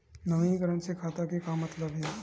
नवीनीकरण से खाता से का मतलब हे?